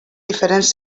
diferents